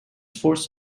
force